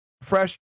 Fresh